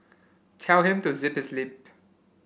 tell him to zip his lip